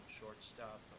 shortstop